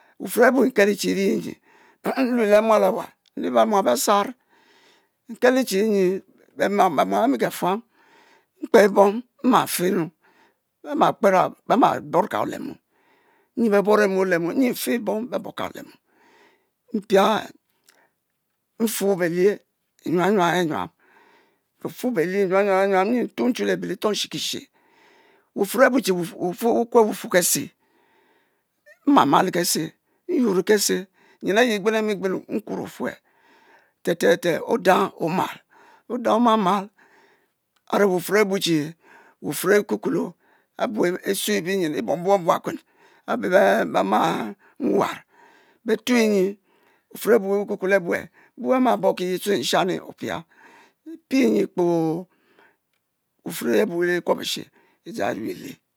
Wuffuor abu n'kpela che iri nyi n'lue le mual ama, kpoo nri le be mual be-sarr, n'kelo che nyi, be-mual bemi ge fuam, mkpe bom nma'fe nu be ma kpera be mabou ka olemo, nyi be bonemi oleme nyi n'fe bom be-kou-ka olemo, pia, n'fu belie nyuam nyuam nyuam, n'fufu belie nyuam nyuam nyuam, nyi ntuo nchu le be litoh nshikishe wuffuor abu che wukue wuffuor ke'se. nmma-ma le kese, nyour le-kese, nyen ay igbenemi gbenu nkuor offue, te'te'te odang omal, odang omamal a're wuffuor abu che wuffuor ikukulo, abu isue benyen ibuong buong buakuen abeh be ma nwan, betue nyi wuffuor abu ikukulou abue. bu bu-ma bou-kiye tue nshani opiel, ipie nyi kpoo, wuffuor abu ikube she